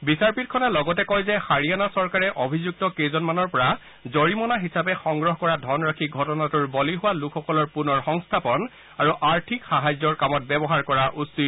বিচাৰপীঠখনে লগতে কয় যে হাৰিয়ানা চৰকাৰে অভিযুক্ত কেইজনৰ পৰা জৰিমনা হিচাপে সংগ্ৰহ কৰা ধনৰাশি ঘটনাটোৰ বলি হোৱা লোকসকলৰ পুনৰ সংস্থাপন আৰু আৰ্থিক সাহায্যৰ কামত ব্যৱহাৰ কৰা উচিত